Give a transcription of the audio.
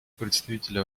представителя